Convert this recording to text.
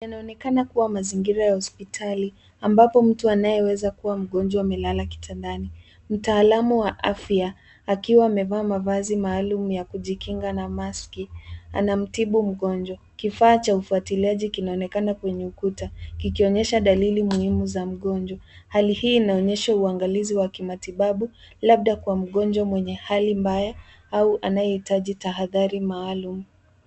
Inaonekana kuwa mazingira ya hospitali ambapo mtu anayeweza kuwa mgonjwa amelala kitandani. Mtaalamu wa afya, akiwa amevaa mavazi maalum ya kujikinga na maski, anamtibu mgonjwa. Kifaa cha ufuatiliaji kinaonekana kwenye ukuta, kikionyesha dalili muhimu za mgonjwa. Hali hii inaonyesha uangalizi wa kimatibabu labda kwa mgonjwa mwenye hali mbaya au anayehitaji tahadhari maalum.